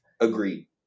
Agreed